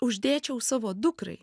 uždėčiau savo dukrai